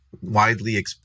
widely